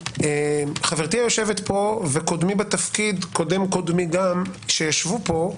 וחברתי היושבת פה וקודמי בתפקיד וקודם קודמי גם שישבו פה,